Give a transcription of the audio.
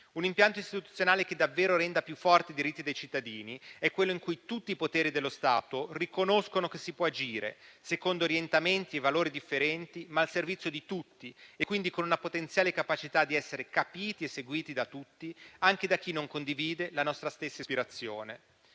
Un impianto istituzionale che davvero renda più forte i diritti dei cittadini è quello in cui tutti i poteri dello Stato riconoscono che si può agire secondo orientamenti e valori differenti, ma al servizio di tutti, e quindi con una potenziale capacità di essere capiti e seguiti da tutti, anche da chi non condivide la nostra stessa ispirazione.